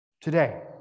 Today